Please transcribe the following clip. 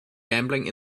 gambling